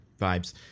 vibes